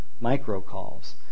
micro-calls